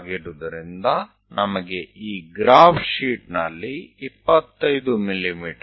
me ಆಗಿರುವುದರಿಂದ ನಮಗೆ ಈ ಗ್ರಾಫ್ ಶೀಟ್ ನಲ್ಲಿ 25 ಮಿ